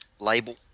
label